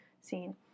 scene